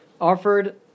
offered